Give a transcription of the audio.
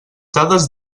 dades